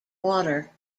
water